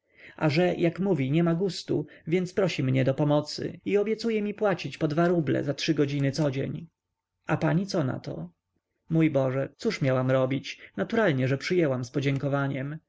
a że jak mówi nie ma gustu więc prosi mnie do pomocy i obiecuje mi płacić po dwa ruble za trzy godziny codzień a pani co nato mój boże cóż miałam robić naturalnie że przyjęłam z podziękowaniem